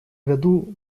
году